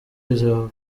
izo